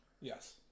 Yes